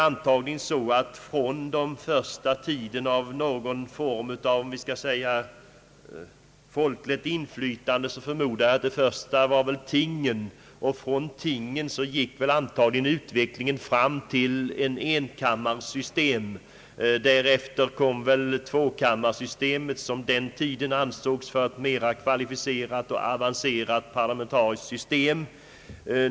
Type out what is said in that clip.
Den första formen av folkligt inflytande var förmodligen tingen. Från tingen gick antagligen utvecklingen fram till ett enkammarsystem. Därefter kom väl tvåkammarsystemet, som då ansågs vara ett mer kvalificerat och avancerat parlamentariskt system.